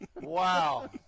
Wow